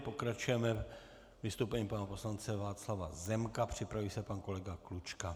Pokračujeme vystoupením pana poslance Václava Zemka, připraví se pan kolega Klučka.